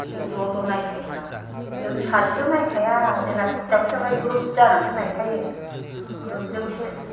जों ज' ज' नायखायोबा जों सासेल' नायखाया जोंना एखदम ग्रुप जानासो नायखायो ग्रुपजोंसो